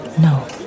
No